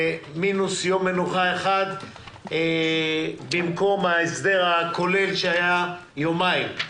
ומינוס יום מנוחה אחד במקום ההסדר הכולל שהיה יומיים.